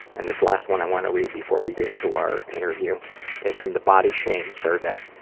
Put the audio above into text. and this last one i want to read before we get to our interview is from the body shame survey,